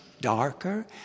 Darker